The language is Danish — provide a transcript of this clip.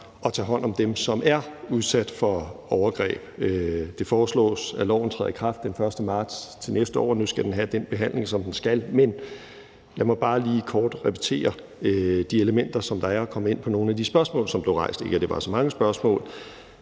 og tage hånd om dem, som er blevet udsat for overgreb. Det foreslås, at loven træder i kraft den 1. marts til næste år. Nu skal forslaget have den behandling, som det skal, men lad mig bare lige kort repetere de elementer, som der er, og komme ind på nogle af de spørgsmål, som blev rejst – ikke at det var så mange spørgsmål.